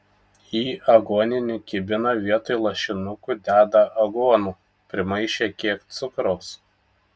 į aguoninį kibiną vietoj lašinukų deda aguonų primaišę kiek cukraus